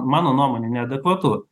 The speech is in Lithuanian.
mano nuomone neadekvatu